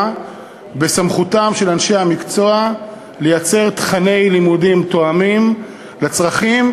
בסמכותם של אנשי המקצוע לייצר תוכני לימודים תואמים לצרכים,